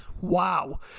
Wow